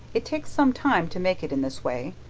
it takes some time to make it in this way.